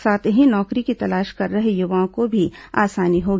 साथ ही नौकरी की तलाश कर रहे युवाओं को भी आसानी होगी